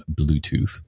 Bluetooth